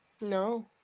no